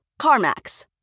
CarMax